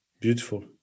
beautiful